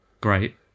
Great